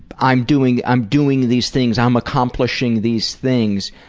i'm doing i'm doing these things, i'm accomplishing these things,